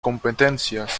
competencias